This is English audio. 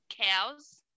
COWS